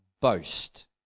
boast